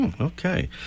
Okay